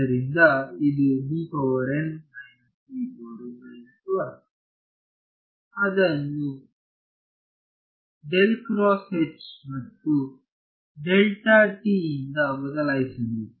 ಆದ್ದರಿಂದ ಇದು ಅದನ್ನು ಮತ್ತು ಇಂದ ಬದಲಾಯಿಸಬೇಕು